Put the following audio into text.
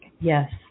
Yes